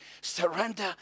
surrender